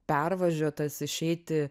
pervažiuotas išeiti